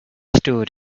stood